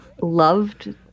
loved